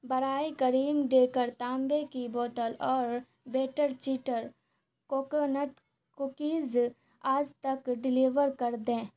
براہ کرم ڈیکر تانبے کی بوتل اور بیٹر چیٹر کوکونٹ کوکیز آج تک ڈیلیور کر دیں